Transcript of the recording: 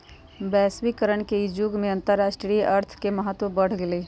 वैश्वीकरण के इ जुग में अंतरराष्ट्रीय अर्थ के महत्व बढ़ गेल हइ